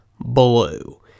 Blue